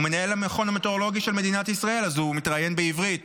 הוא מנהל המכון המטאורולוגי של מדינת ישראל אז הוא מתראיין בעברית,